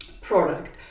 product